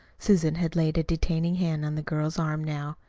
susan had laid a detaining hand on the girl's arm now.